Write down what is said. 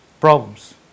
problems